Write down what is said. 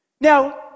Now